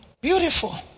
beautiful